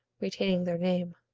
retaining their name,